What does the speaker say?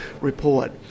report